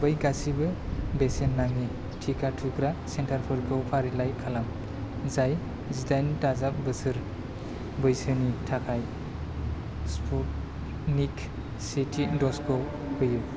बै गासिबो बेसेन नाङि टिका थुग्रा सेन्टारफोरखौ फारिलाइ खालाम जाय जिदाइन दाजाब बोसोर बैसोनि थाखाय स्पुटनिक सेथि द'जखौ होयो